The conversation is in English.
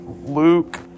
Luke